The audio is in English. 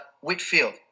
Whitfield